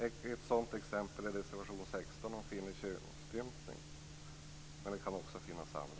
Ett sådant exempel är reservation 16 om kvinnlig könsstympning, men det kan också finnas andra.